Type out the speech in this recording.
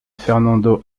fernando